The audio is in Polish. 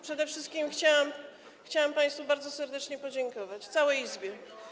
Przede wszystkim chciałam państwu bardzo serdecznie podziękować, całej Izbie.